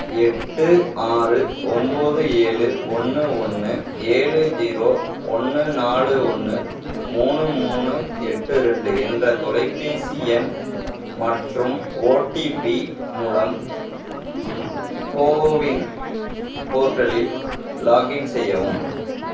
எட்டு ஆறு ஒம்போது ஏழு ஒன்று ஒன்று ஏழு ஜீரோ ஒன்று நாளு ஒன்று மூணு மூணு எட்டு ரெண்டு என்ற தொலைபேசி எண் மற்றும் ஓடிபி மூலம் கோவின் போர்ட்டலில் லாகின் செய்யவும்